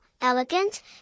elegant